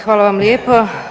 Hvala vam lijepa.